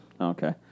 Okay